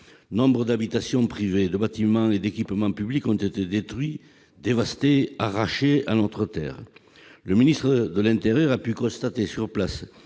Nombre d'habitations privées, de bâtiments et d'équipements publics ont été détruits, dévastés, arrachés à notre terre. Le ministre de l'intérieur a pu constater sur place